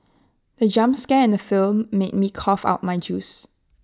the jump scare in the film made me cough out my juice